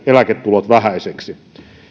eläketulot vähäisiksi